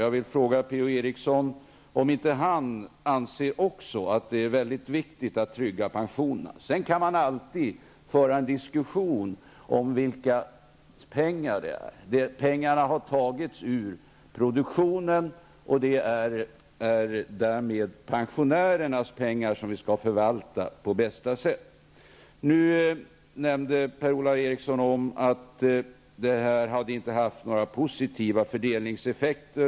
Jag vill fråga Per Ola Eriksson om inte han också anser att det är mycket viktigt att trygga pensionerna. Sedan kan man alltid föra en diskussion om vilka pengar det gäller. Pengarna har tagits ur produktionen. Därmed är det pensionärernas pengar som vi skall förvalta på bästa sätt. Nu nämnde Per-Ola Eriksson att detta inte haft några positiva fördelningseffekter.